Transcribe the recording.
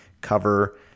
cover